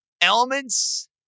elements